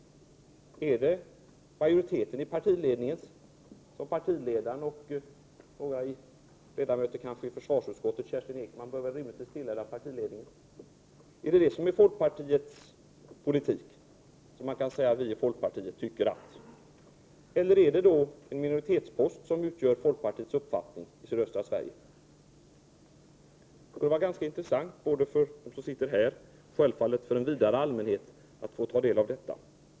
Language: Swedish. Är det den politik som företräds av majoriteten av partiledningen — partiledaren och kanske några ledamöter i försvarsutskottet; Kerstin Ekman bör väl rimligtvis tillhöra partiledningen — som är folkpartiets politik? Är det denna po litik man kan hänvisa till med orden ”vi i folkpartiet tycker att”? Eller är det = Prot. 1989/90:46 en minoritet som står för folkpartiets uppfattning om sydöstra Sverige? Det — 14 december 1989 kunde vara ganska intressant både för dem som sitter här i kammaren och GA självfallet också för en vidare allmänhet att få ta del av detta.